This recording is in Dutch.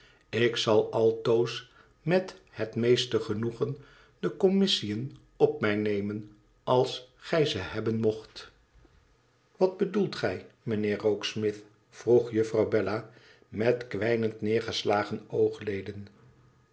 ik zal altoos met het meeste genoegen de commissiën op mij nemen als gij ze hebben mocht wat bedoelt gij mijnheer rokesmith vroeg juffrouw bella met kwijnend neergeslagen oogleden